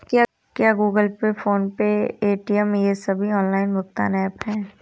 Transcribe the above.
क्या Google Pay PhonePe Paytm ये सभी ऑनलाइन भुगतान ऐप हैं?